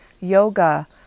yoga